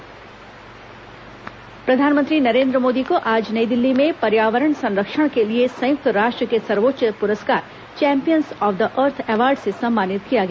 प्रधानमंत्री प्रस्कार प्रधानमंत्री नरेंद्र मोदी को आज नई दिल्ली में पर्यावरण संरक्षण के लिए संयुक्त राष्ट्र के सर्वोच्च प्रस्कार champions of the earth award से सम्मानित किया गया